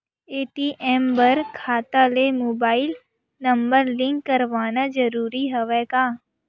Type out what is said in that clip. ATM बर खाता ले मुबाइल नम्बर लिंक करवाना ज़रूरी हवय का?